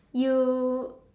you